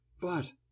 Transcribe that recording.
But